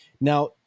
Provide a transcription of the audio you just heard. Now